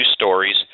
stories